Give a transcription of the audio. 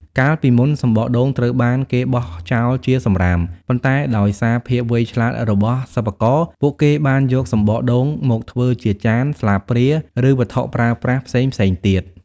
កាលពីមុន សំបកដូងត្រូវបានគេបោះចោលជាសំរាម ប៉ុន្តែដោយសារភាពវៃឆ្លាតរបស់សិប្បករ ពួកគេបានយកសម្បកដូងមកធ្វើជាចាន ស្លាបព្រា ឬវត្ថុប្រើប្រាស់ផ្សេងៗទៀត។